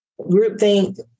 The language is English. Groupthink